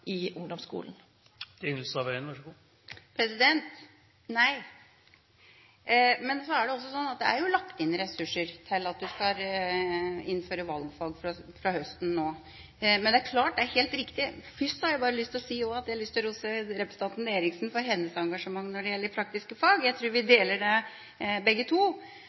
i ungdomsskolen? Nei. Men så er det også slik at det er lagt inn ressurser til at en skal innføre valgfag fra denne høsten av. Først har jeg bare lyst til å rose representanten Eriksen for hennes engasjement når det gjelder praktiske fag – jeg tror vi deler det, begge to.